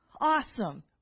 Awesome